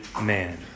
man